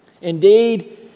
Indeed